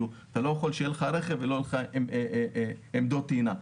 כי אתה לא יכול שיהיה לך רכב ולא יהיו עמדות טעינה.